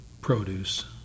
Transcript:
produce